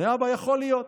עונה האבא: יכול להיות.